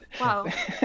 wow